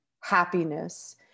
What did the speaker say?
happiness